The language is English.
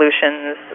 solutions